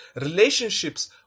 Relationships